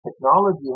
Technology